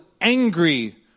angry